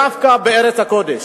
דווקא בארץ הקודש,